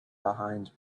behind